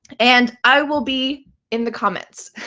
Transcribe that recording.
and i will be in the comments.